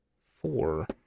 Four